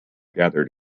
gathered